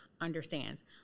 understands